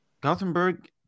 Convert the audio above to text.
Gothenburg